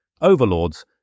overlords